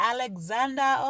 Alexander